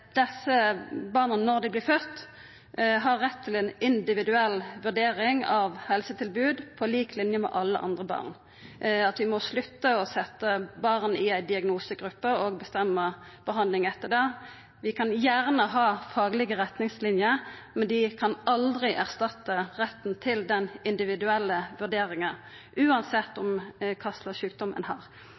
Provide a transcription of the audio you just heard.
helsetilbod på lik linje med alle andre barn. Vi må slutta å setja barn i ei diagnosegruppe og bestemma behandling etter det. Vi kan gjerne ha faglege retningslinjer, men dei kan aldri erstatta retten til ei individuell vurdering – uansett kva sjukdom ein har.